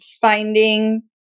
finding